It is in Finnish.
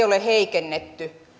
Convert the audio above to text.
ole heikennetty